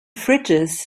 fridges